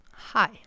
Hi